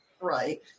Right